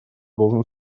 должен